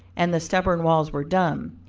and the stubborn walls were dumb.